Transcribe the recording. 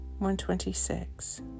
126